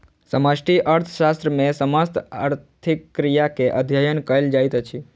समष्टि अर्थशास्त्र मे समस्त आर्थिक क्रिया के अध्ययन कयल जाइत अछि